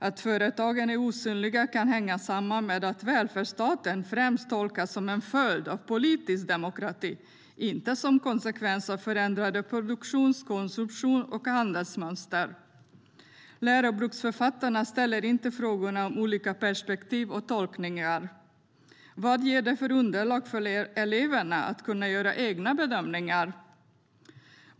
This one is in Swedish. Att företagen är osynliga kan hänga samman med att välfärdsstaten främst tolkas som en följd av politisk demokrati och inte som en konsekvens av förändrade produktions, konsumtions och handelsmönster. Läroboksförfattarna ställer inte frågor om olika perspektiv och tolkningar. Vad ger det för underlag för eleverna att kunna göra egna bedömningar?